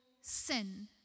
sin